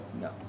no